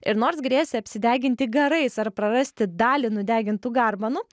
ir nors grėsė apsideginti garais ar prarasti dalį nudegintų garbanų